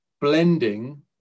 blending